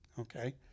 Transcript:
okay